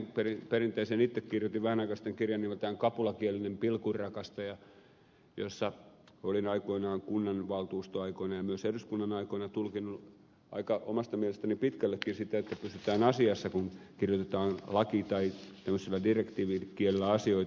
itse kirjoitin vähän aikaa sitten kirjan nimeltään kapulakielinen pilkunrakastaja jossa olin aikoinaan kunnanvaltuustoaikoina ja myös eduskunnan aikoina tulkinnut aika omasta mielestäni pitkällekin sitä että pysytään asiassa kun kirjoitetaan laki tai tämmöisellä direktiivikielellä asioita